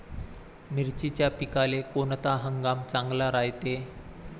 मिर्चीच्या पिकाले कोनता हंगाम चांगला रायते?